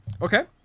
okay